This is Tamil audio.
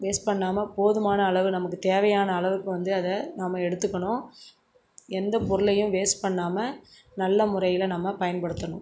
வேஸ்ட் பண்ணாமல் போதுமான அளவு நமக்குத் தேவையான அளவுக்கு வந்து அதை நம்ம எடுத்துக்கணும் எந்தப் பொருளையும் வேஸ்ட் பண்ணாமல் நல்ல முறையில் நம்ம பயன்படுத்தணும்